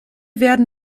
werden